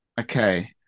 Okay